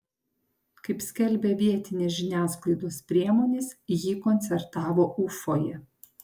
kaip skelbia vietinės žiniasklaidos priemonės ji koncertavo ufoje